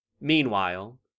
Meanwhile